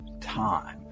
time